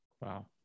Wow